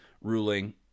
ruling